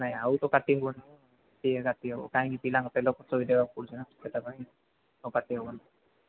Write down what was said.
ନାଇଁ ଆଉ ତ କାଟି ହେବନି କାହିଁକି ପିଲାଙ୍କ ତେଲ ଖର୍ଚ୍ଚ ବି ଦେବାକୁ ପଡ଼ୁଛି ସେଇଟା ପାଇଁ ଆଉ କାଟି ହେବନି